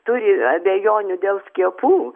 turi abejonių dėl skiepų